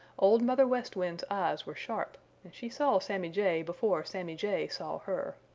old mother west wind's eyes were sharp, and she saw sammy jay before sammy jay saw her.